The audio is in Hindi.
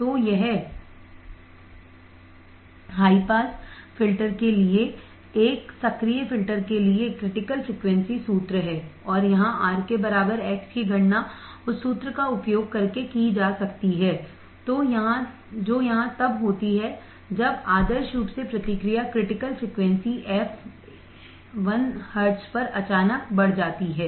तो यह हाई पास फिल्टर के लिए एक सक्रिय फिल्टर के लिए क्रिटिकल फ्रिकवेंसी सूत्र है और यहां R के बराबर x की गणना उस सूत्र का उपयोग करके की जा सकती है जो यहां तब होती है जब आदर्श रूप से प्रतिक्रिया क्रिटिकल फ्रिकवेंसीf l hz पर अचानक बढ़ जाती है